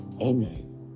Amen